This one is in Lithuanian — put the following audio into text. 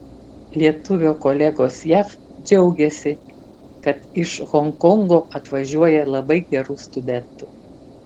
lietuvio kolegos jav džiaugiasi kad iš honkongo atvažiuoja labai gerų studentų